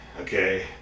okay